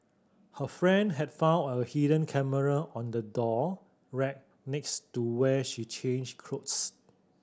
her friend had found a hidden camera on the door rack next to where she changed clothes